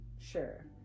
Sure